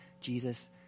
Jesus